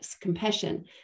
compassion